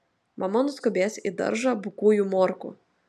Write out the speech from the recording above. mama nuskubės į daržą bukųjų morkų